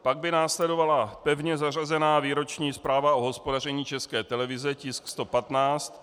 Pak by následovala pevně zařazená výroční zpráva o hospodaření České televize, tisk 115.